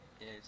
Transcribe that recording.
Yes